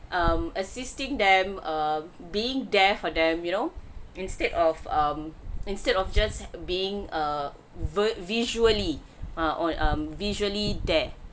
um assisting them err being there for them you know instead of um instead of just being err vir~ visually err on a visually there